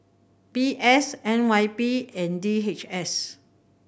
V S N Y P and D H S